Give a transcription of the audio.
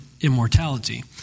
immortality